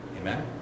Amen